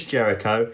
Jericho